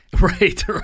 right